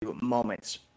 moments